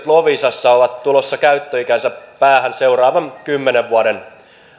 loviisassa ovat tulossa käyttöikänsä päähän seuraavan kymmenen vuoden